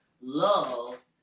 love